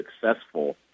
successful